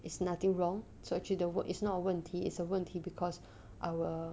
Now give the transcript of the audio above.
it's nothing wrong so actually the word is not 问题 it's a 问题 because our